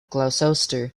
gloucester